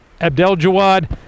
Abdeljawad